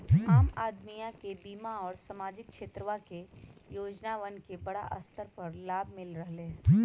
आम अदमीया के बीमा और सामाजिक क्षेत्रवा के योजनावन के बड़ा स्तर पर लाभ मिल रहले है